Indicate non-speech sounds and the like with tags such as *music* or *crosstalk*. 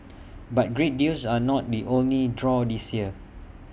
*noise* but great deals are not the only draw this year